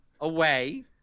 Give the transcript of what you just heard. Away